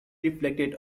reflected